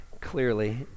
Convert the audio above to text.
clearly